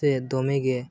ᱥᱮ ᱫᱚᱢᱮᱜᱮ